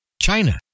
China